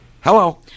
Hello